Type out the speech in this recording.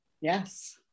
Yes